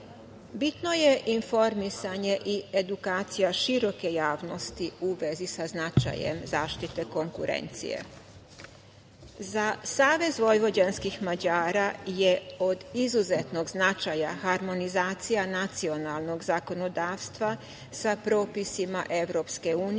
je informisanje i edukacija široke javnosti u vezi sa značajem zaštite konkurencije.Za Savez vojvođanskih Mađara je od izuzetnog značaja harmonizacija nacionalnog zakonodavstva sa propisima EU,